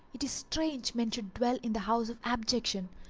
it is strange men should dwell in the house of abjection,